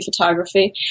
photography